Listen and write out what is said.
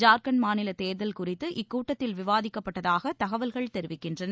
ஜார்க்கண்ட் மாநில தேர்தல் குறித்து இக்கூட்டத்தில் விவாதிக்கப்பட்டதாக தகவல்கள் தெரிவிக்கின்றன